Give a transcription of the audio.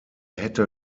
hätte